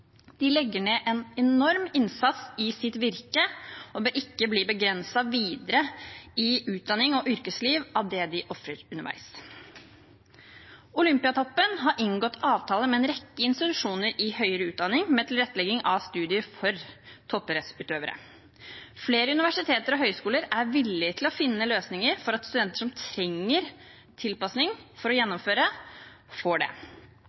De legger ned en enorm innsats i sitt virke og bør ikke bli begrenset videre i utdanning og yrkesliv av det de ofrer underveis. Olympiatoppen har inngått avtale med en rekke institusjoner i høyere utdanning om tilrettelegging av studier for toppidrettsutøvere. Flere universiteter og høyskoler er villig til å finne løsninger for at studenter som trenger tilpasning for å gjennomføre, får det.